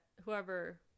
whoever